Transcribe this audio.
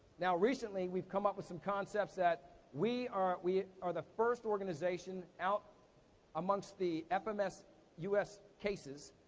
now recently, we've come up with some concepts that we are we are the first organization out amongst the fms us cases,